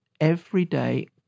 everyday